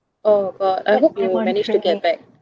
oh god I hope you managed to get back